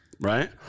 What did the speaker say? Right